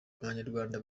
abanyarwanda